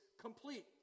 complete